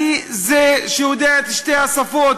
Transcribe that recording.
אני זה שיודע את שתי השפות,